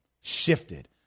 shifted